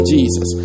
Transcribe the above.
Jesus